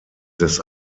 des